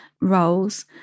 roles